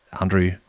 Andrew